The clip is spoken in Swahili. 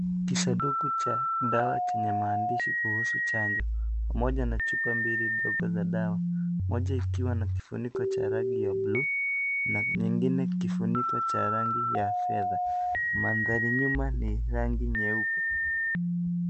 Kisanduku cha dawa chenye maandishi kuhusu chanjo pamoja na chupa mbili ndogo za dawa, moja ikiwa na kifuniko cha rangi ya bluu na nyingine kifuniko cha rangi ya fedha. Maandhari nyuma ni rangi nyeupe.